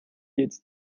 jetzt